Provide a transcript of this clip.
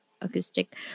acoustic